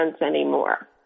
anymore